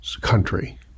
country